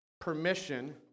permission